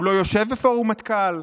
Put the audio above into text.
הוא לא יושב בפורום מטכ"ל?